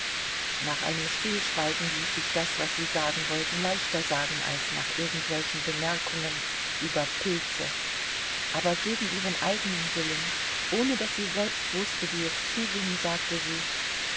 nach einem stillschweigen ließ sich das was sie sagen wollten leichter sagen als nach irgendwelchen bemerkungen über pilze aber gegen ihren eigenen willen ohne daß sie selbst wußte wie es zuging sagte sie